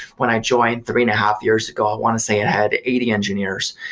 when i joined three and a half years ago, i want to say it had eighty engineers.